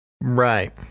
Right